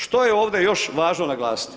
Što je ovdje još važno naglasiti?